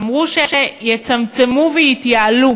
אמרו שיצמצמו ויתייעלו